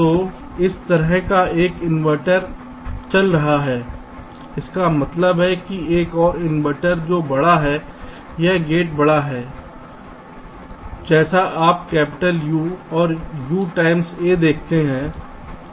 तो इस तरह का एक इन्वर्टर चला रहा है इसका मतलब है कि एक और इन्वर्टर जो बड़ा है यह गेट बड़ा है जैसे आप कैपिटल U और यू टाइम्स A देखते हैं